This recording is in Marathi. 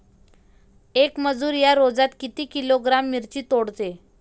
येक मजूर या रोजात किती किलोग्रॅम मिरची तोडते?